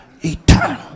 eternal